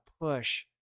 push